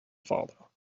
follow